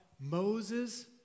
Moses